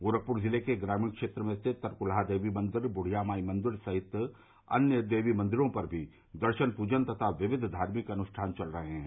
गोरखपुर जिले के ग्रामीण क्षेत्र में स्थित तरकुलहा देवी मंदिर बुढ़िया माई मंदिर सहित अन्य देवी मंदिरों पर भी दर्शन पूजन तथा विविद धार्मिक अनुष्ठान चल रहे हैं